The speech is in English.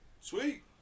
Sweet